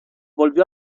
volvió